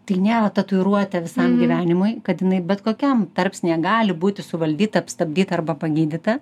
tai nėra tatuiruotė visam gyvenimui kad jinai bet kokiam tarpsnyje gali būti suvaldyta apstabdyta arba pagydyta